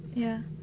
ya